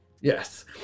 Yes